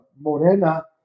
Morena